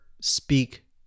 speak